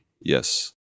yes